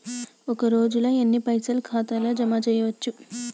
ఒక రోజుల ఎన్ని పైసల్ ఖాతా ల జమ చేయచ్చు?